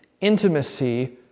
intimacy